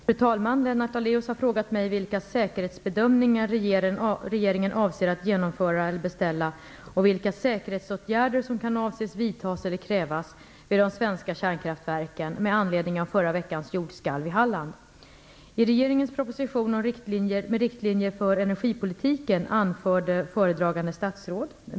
Fru talman! Lennart Daléus har frågat mig vilka säkerhetsbedömningar regeringen avser att genomföra eller beställa och vilka säkerhetsåtgärder som kan avses vidtas eller krävas vid de svenska kärnkraftverken med anledning av förra veckans jordskalv i Halland.